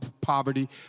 poverty